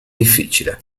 difficile